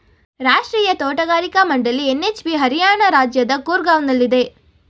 ರಾಷ್ಟ್ರೀಯ ತೋಟಗಾರಿಕಾ ಮಂಡಳಿ ಎನ್.ಎಚ್.ಬಿ ಹರಿಯಾಣ ರಾಜ್ಯದ ಗೂರ್ಗಾವ್ನಲ್ಲಿದೆ